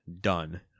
done